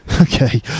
Okay